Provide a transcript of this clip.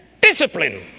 discipline